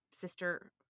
sister